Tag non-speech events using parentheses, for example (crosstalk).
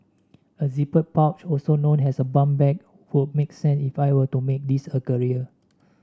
a zippered pouch also known as a bum bag would make (unintelligible) if I were to make this a career